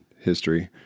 history